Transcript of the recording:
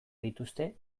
dituzte